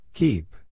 Keep